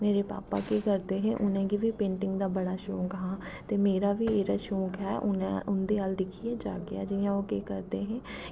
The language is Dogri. मेरे भापा केह् करदे हे उ'नें गी बी पेंटिंग दा बड़ा शौक हा ते मेरा बी एह्दा शौक ऐ उं'दे अल्ल दिक्खियै जागेआ जि'यां ओह् केह् करदे हे